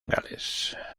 gales